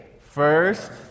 first